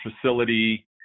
facility